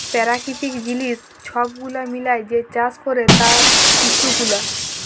পেরাকিতিক জিলিস ছব গুলা মিলাঁয় যে চাষ ক্যরে তার ইস্যু গুলা